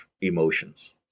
emotions